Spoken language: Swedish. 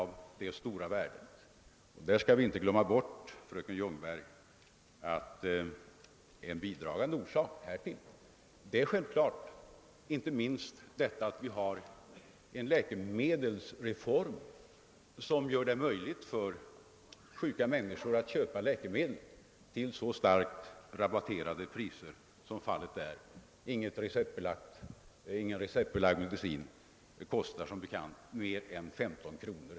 Vi bör inte glömma, fröken Ljungberg, att en bidragande orsak härtill är läkemedelsreformen som gör att sjuka människor kan köpa läkemedel till så starkt rabatterade priser att ingen receptbelagd medicin kostar mer än 15 kronor.